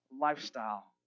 lifestyle